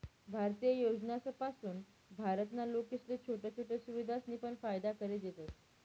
भारतीय योजनासपासून भारत ना लोकेसले छोट्या छोट्या सुविधासनी पण फायदा करि देतस